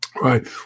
Right